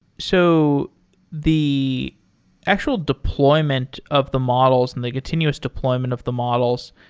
so the actual deployment of the models, and the continuous deployment of the models,